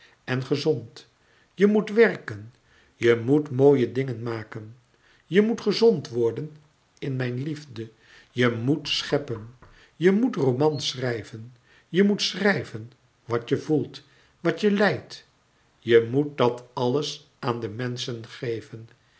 en gezond je moet werken je moet mooie dingen maken je moet gezond worden in mijn liefde je moet scheppen je moet romans schrijven je moet schrijven wat je voelt wat je lijdt je moet dat alles aan de menschen geven